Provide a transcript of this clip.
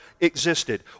existed